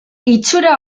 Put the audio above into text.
itxura